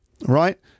Right